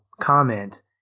comment